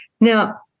Now